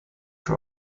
were